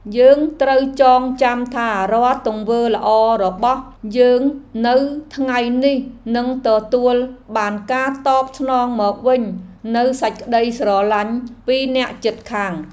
យើងត្រូវចងចាំថារាល់ទង្វើល្អរបស់យើងនៅថ្ងៃនេះនឹងទទួលបានការតបស្នងមកវិញនូវសេចក្តីស្រឡាញ់ពីអ្នកជិតខាង។